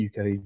UK